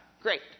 Great